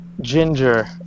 ginger